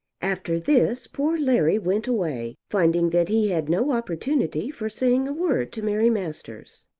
after this poor larry went away, finding that he had no opportunity for saying a word to mary masters.